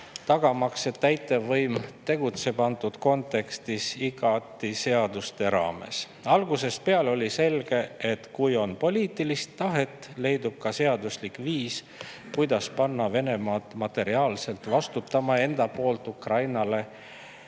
tagamaks, et täitevvõim tegutseb antud kontekstis igati seaduste raames. Algusest peale oli selge, et kui on poliitilist tahet, leidub ka seaduslik viis, kuidas panna Venemaa Ukrainale tekitatud tohutu kahju